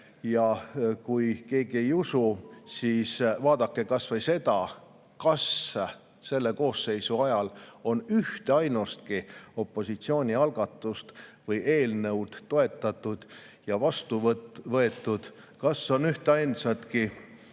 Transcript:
Kui keegi ei usu, siis vaadake kas või seda, kas selle koosseisu ajal on ühte ainustki opositsiooni algatust või eelnõu toetatud ja vastu võetud, kas on heaks